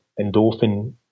endorphin